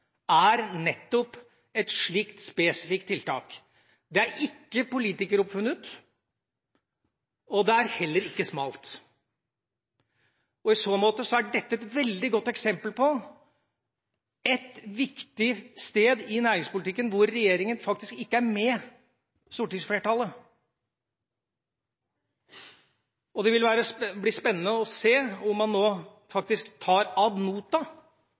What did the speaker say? er nettopp et slikt spesifikt tiltak. Det er ikke politikeroppfunnet, og det er heller ikke smalt. I så måte er dette et veldig godt eksempel på et viktig punkt i næringspolitikken der regjeringen faktisk ikke er med stortingsflertallet. Det vil bli spennende å se om man nå faktisk tar ad